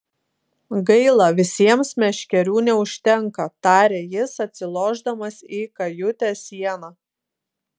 gaila visiems meškerių neužtenka tarė jis atsilošdamas į kajutės sieną